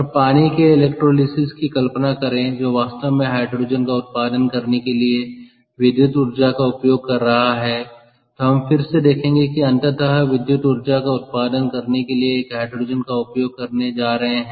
और पानी के इलेक्ट्रोलिसिस की कल्पना करें जो वास्तव में हाइड्रोजन का उत्पादन करने के लिए विद्युत ऊर्जा का उपयोग कर रहा है जो हम फिर से देखेंगे कि अंततः विद्युत ऊर्जा का उत्पादन करने के लिए हाइड्रोजन का उपयोग करने जा रहे हैं